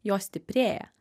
jos stiprėja